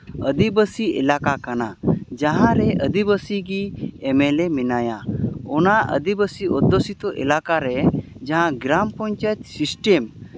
ᱟᱹᱫᱤᱵᱟᱹᱥᱤ ᱮᱞᱟᱠᱟ ᱠᱟᱱᱟ ᱡᱟᱦᱟᱸᱨᱮ ᱟᱹᱫᱤᱵᱟᱹᱥᱤ ᱜᱮ ᱮᱢ ᱮᱹᱞ ᱮᱹ ᱢᱮᱱᱟᱭᱟ ᱚᱱᱟ ᱟᱹᱫᱤᱵᱟᱹᱥᱤ ᱚᱫᱽᱫᱷᱚᱥᱤᱛᱚ ᱮᱞᱟᱠᱟ ᱨᱮ ᱡᱟᱦᱟᱸ ᱜᱨᱟᱢ ᱯᱚᱧᱪᱟᱭᱮᱛ ᱥᱤᱥᱴᱮᱢ